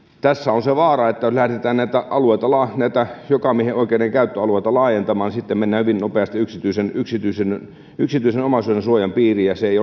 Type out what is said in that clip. tässä on se vaara että lähdetään näitä jokamiehenoikeuden käyttöalueita laajentamaan sitten mennään hyvin nopeasti yksityisen yksityisen omaisuudensuojan piiriin ja se ei